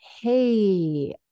hey